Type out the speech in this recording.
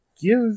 give